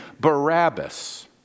Barabbas